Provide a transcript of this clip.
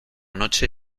noche